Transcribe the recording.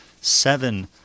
seven